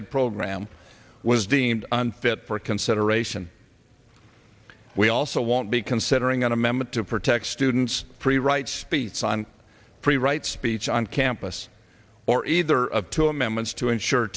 aid program was deemed that for consideration we also won't be considering an amendment to protect students free right speech on free right speech on campus or either of two amendments to ensure